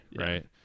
right